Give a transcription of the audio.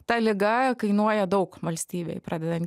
ta liga kainuoja daug valstybei pradedant